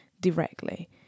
directly